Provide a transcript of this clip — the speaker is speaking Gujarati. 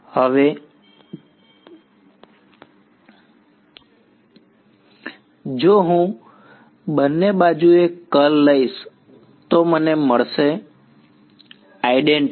હવે જો હું બંને બાજુએ કર્લ લઈશ તો મને મળશે વિદ્યાર્થી આઇડેન્ટીટી